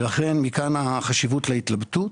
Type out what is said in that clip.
מכאן החשיבות להתלבטות.